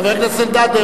חבר הכנסת אלדד.